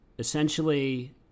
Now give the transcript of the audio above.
essentially